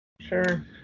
Sure